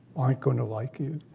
aren't going to like you.